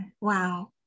wow